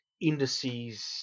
indices